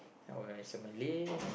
or as a Malay